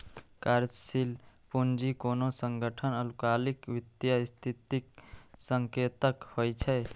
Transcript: कार्यशील पूंजी कोनो संगठनक अल्पकालिक वित्तीय स्थितिक संकेतक होइ छै